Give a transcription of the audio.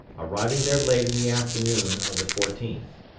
arriving there late in the afternoon of the fourteenth.